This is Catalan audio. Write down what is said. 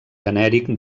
genèric